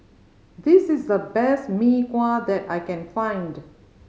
this is the best Mee Kuah that I can find